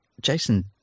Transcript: Jason